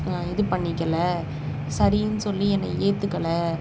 இது பண்ணிக்கலை சரின்னு சொல்லி என்னை ஏத்துக்கலை